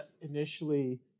initially